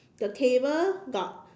the table got